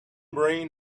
brain